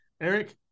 eric